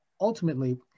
ultimately